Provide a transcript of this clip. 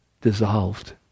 dissolved